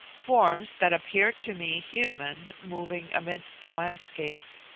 forms that appeared to me human moving amidst the landscape.